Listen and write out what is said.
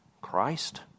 Christ